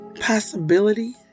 Possibility